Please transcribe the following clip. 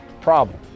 problem